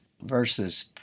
versus